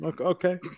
Okay